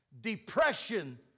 Depression